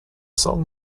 song